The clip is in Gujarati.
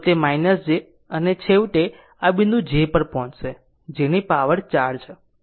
તો તે j અને છેવટે આ બિંદુ j પર પહોંચશે જેની પાવર 4 છે